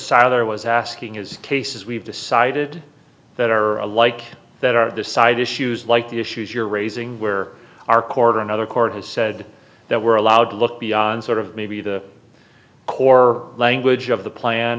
was asking is cases we've decided that are like that are the side issues like the issues you're raising where our core another court has said that we're allowed to look beyond sort of maybe the core language of the plan